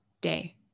day